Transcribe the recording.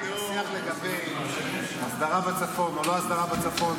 השיח לגבי הסדרה בצפון או לא הסדרה בצפון,